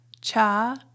Cha